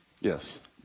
yes